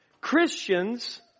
Christians